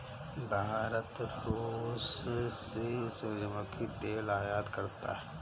भारत रूस से सूरजमुखी तेल आयात करता हैं